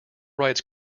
rights